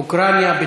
אוקראינה,